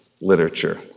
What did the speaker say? literature